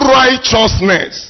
righteousness